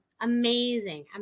amazing